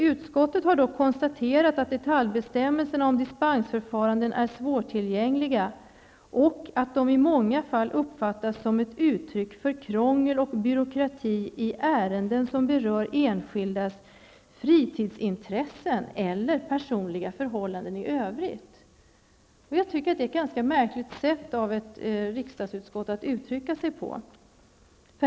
''Utskottet har dock konstaterat att detaljbestämmelserna om dispensförfarandet är svårtillgängliga och att de i många fall uppfattats som ett uttryck för krångel och byråkrati i ärenden som berör enskildas fritidsintressen eller personliga förhållanden i övrigt.'' Jag tycker att detta är ett ganska märkligt sätt av ett riksdagens utskott att uttrycka sig på.